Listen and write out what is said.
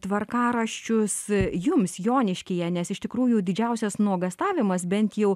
tvarkaraščius jums joniškyje nes iš tikrųjų didžiausias nuogąstavimas bent jau